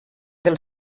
del